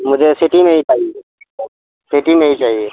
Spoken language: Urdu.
مجھے سٹی میں ہی چاہیے سٹی میں ہی چاہیے